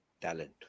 talent